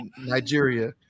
Nigeria